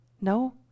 No